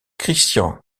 christian